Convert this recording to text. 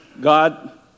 God